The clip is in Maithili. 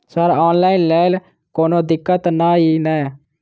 सर ऑनलाइन लैल कोनो दिक्कत न ई नै?